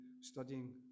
studying